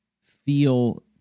feel